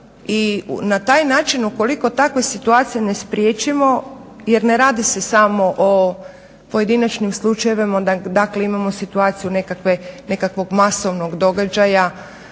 I na taj način ukoliko takve situacije ne spriječimo jer ne radi se samo o pojedinim slučajevima. Dakle, imamo situaciju nekakvog masovnog događaja